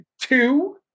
two